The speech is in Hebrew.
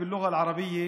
הערבית,